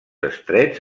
estrets